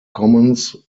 commons